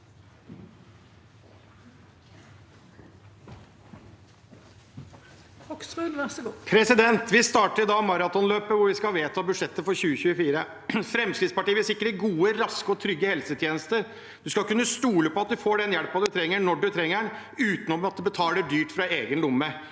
Vi starter i dag ma- ratonløpet hvor vi skal vedta budsjettet for 2024. Fremskrittspartiet vil sikre gode, raske og trygge helsetjenester. Man skal kunne stole på at man får den hjelpen man trenger, når man trenger den, uten å måtte betale dyrt fra egen lomme.